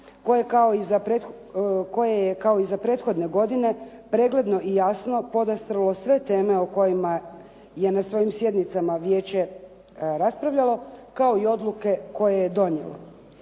koje je kao i za prethodne godine pregledno i jasno podastrlo sve teme o kojima je na svojim sjednicama vijeće raspravljalo kao i odluke koje je donijelo.